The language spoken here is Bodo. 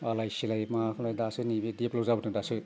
आलाय सिलाय मा खालामनाय नै दासो डेभेलप जाबोदों दासो